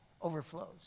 overflows